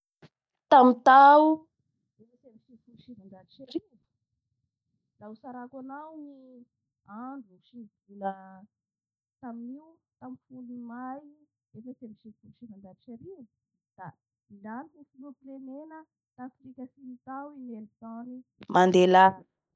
Ny Afrika Atsmo io zany da tena manakanareo kolontsay ka izay mahatonga azy mana renivohitsy anaky telo Da ao zay i Pretoriaqui, io zay ny renivohitsin'ny fanjakana fahefana mpanatanteraky, Da misy koa ny le cap da misy amizay koa i i Bloemfonteina ao zany ny olo mikirakira ny resaky lala!